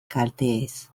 kalteez